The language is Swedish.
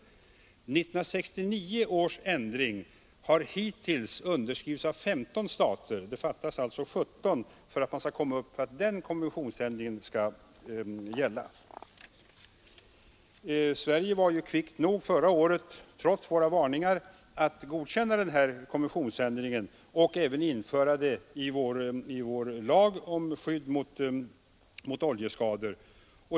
1969 års ändring har hittills underskrivits av 15 stater; det fattas alltså 17 för att den konventions Sverige var kvickt nog förra året att, trots våra varningar, godkänna konventionsändringen och även införa motsvarande ändring i lagreglerna om skydd mot oljeskador.